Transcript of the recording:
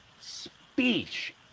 speech